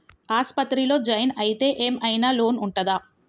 ఆస్పత్రి లో జాయిన్ అయితే ఏం ఐనా లోన్ ఉంటదా?